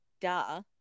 duh